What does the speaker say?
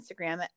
Instagram